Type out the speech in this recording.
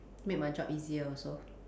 make my job easier also